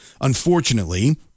unfortunately